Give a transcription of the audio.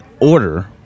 order